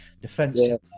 defensive